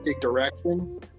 direction